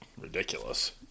ridiculous